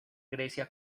grecia